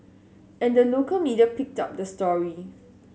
and the local media picked up the story